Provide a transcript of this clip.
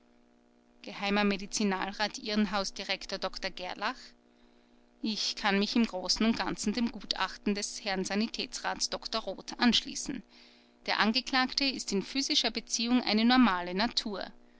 geh medizinalrat irrenhausdirektor dr gerlach ich kann mich im großen und ganzen dem gutachten des herrn sanitätsrats dr roth anschließen der angeklagte ist in physischer beziehung eine normale natur